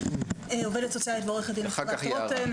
עובדת סוציאלית ועורכת דין אפרת רותם,